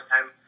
time